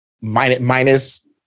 minus